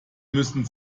müssen